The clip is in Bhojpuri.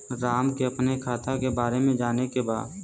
राम के अपने खाता के बारे मे जाने के बा?